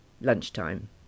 Lunchtime